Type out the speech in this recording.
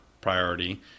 priority